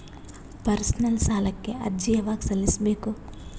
Personal ಸಾಲಕ್ಕೆ ಅರ್ಜಿ ಯವಾಗ ಸಲ್ಲಿಸಬೇಕು?